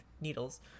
needles